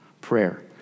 prayer